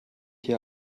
hier